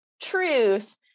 truth